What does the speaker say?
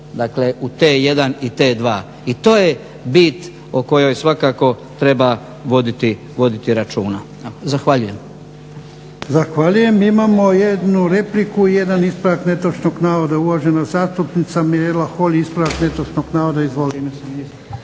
dakle u T1 i T2. I to je bit o kojoj svakako treba voditi računa. Zahvaljujem. **Jarnjak, Ivan (HDZ)** Zahvaljujem. Imamo jednu repliku i jedan ispravak netočnog navoda. Uvažena zastupnica Mirela Holy, ispravak netočnog navoda. Izvoli.